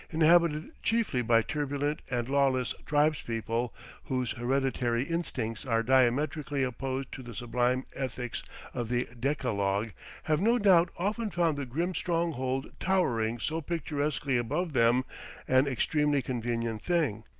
inhabited chiefly by turbulent and lawless tribes-people whose hereditary instincts are diametrically opposed to the sublime ethics of the decalogue have no doubt often found the grim stronghold towering so picturesquely above them an extremely convenient thing.